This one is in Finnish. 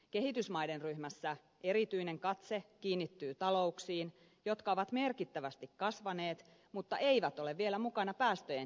kehitysmaiden ryhmässä erityinen katse kiinnittyy talouksiin jotka ovat merkittävästi kasvaneet mutta eivät ole vielä mukana päästöjen hillinnässä